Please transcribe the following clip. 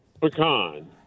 pecan